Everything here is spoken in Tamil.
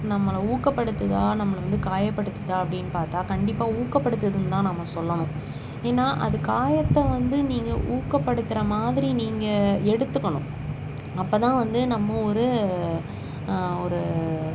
நம்மளை ஊக்கப்படுத்துதா நம்மளை வந்து காயப்படுத்துதா அப்படின்னு பார்த்தா கண்டிப்பாக ஊக்கப்படுத்துதுன்னு தான் நம்ம சொல்லணும் ஏன்னா அது காயத்தை வந்து நீங்கள் ஊக்கப்படுத்துகிற மாதிரி நீங்கள் எடுத்துக்கணும் அப்போ தான் வந்து நம்ம ஒரு ஒரு